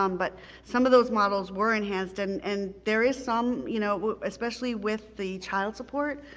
um but some of those models were enhanced, and and there is some, you know especially with the child support,